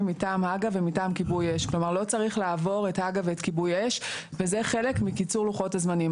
אני רוצה רק עוד נקודה,